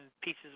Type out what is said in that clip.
pieces